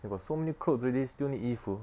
you got so many clothes already still need 衣服